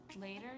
Later